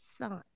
son